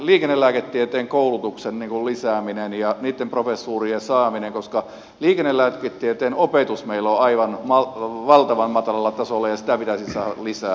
liikennelääketieteen koulutuksen lisäämisestä ja niitten professuurien saamisesta koska liikennelääketieteen opetus meillä on aivan valtavan matalalla tasolla ja sitä pitäisi saada lisää